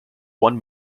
one